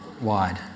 wide